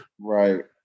Right